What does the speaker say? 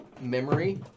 memory